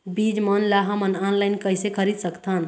बीज मन ला हमन ऑनलाइन कइसे खरीद सकथन?